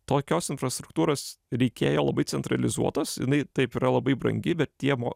tokios infrastruktūros reikėjo labai centralizuotos jinai taip yra labai brangi bet tie mo